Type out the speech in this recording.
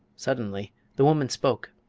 suddenly the woman spoke.